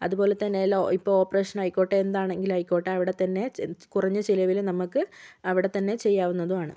അതുപോലെത്തന്നെ എല്ലാം ഇപ്പോൾ ഓപ്പറേഷൻ ആയിക്കോട്ടെ എന്താണെങ്കിലും ആയിക്കോട്ടെ അവിടെത്തന്നെ കുറഞ്ഞ ചിലവിൽ നമുക്ക് അവിടെത്തന്നെ ചെയ്യാവുന്നതും ആണ്